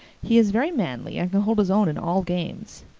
he is very manly and can hold his own in all games.